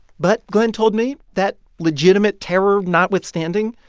but glenn told me that, legitimate terror notwithstanding,